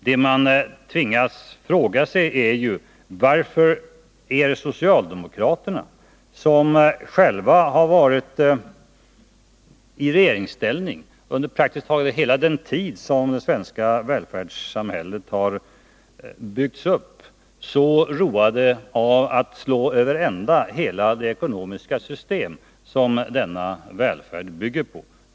Det som man tvingas fråga sig är varför socialdemokraterna, som själva har varit i regeringsställning under praktiskt taget hela den tid då det svenska välfärdssamhället har byggts upp, är så roade av att slå över ända hela det ekonomiska system som denna välfärd bygger på.